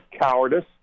cowardice